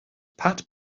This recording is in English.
pat